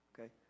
Okay